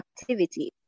activity